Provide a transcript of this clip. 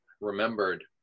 remembered